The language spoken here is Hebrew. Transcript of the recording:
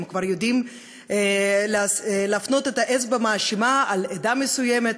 הם כבר יודעים להפנות אצבע מאשימה על עדה מסוימת,